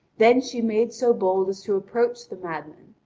then she made so bold as to approach the madman,